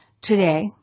today